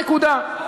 נקודה.